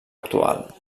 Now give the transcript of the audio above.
actual